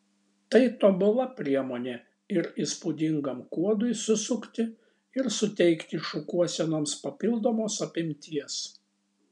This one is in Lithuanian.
tai tobula priemonė ir įspūdingam kuodui susukti ir suteikti šukuosenoms papildomos apimties